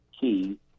key